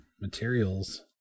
materials